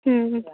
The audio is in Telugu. హ